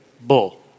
Bull